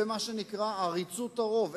זה מה שנקרא עריצות הרוב.